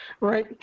right